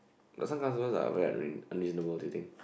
no some customers are very unrea~ unreasonable do you think